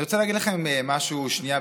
אני רוצה להגיד לכם משהו שנייה,